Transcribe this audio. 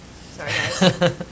Sorry